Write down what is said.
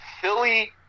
Philly